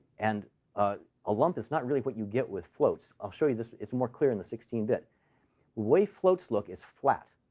and a lump is not really what you get with floats. i'll show you this. it's more clear in the sixteen bit. the way floats look is flat,